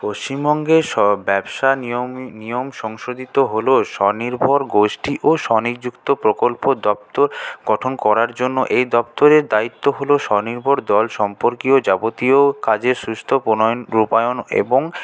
পশ্চিমবঙ্গে সব ব্যবসার নিয়মই নিয়ম সংশোধিত হলো স্বনির্ভর গোষ্ঠী ও স্বনিযুক্ত প্রকল্প দপ্তর গঠন করার জন্য এই দপ্তরের দায়িত্ব হলো স্বনির্ভর দল সম্পর্কিয় যাবতীয় কাজের সুস্থ প্রণয়ন রুপায়ন এবং